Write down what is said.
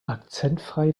akzentfrei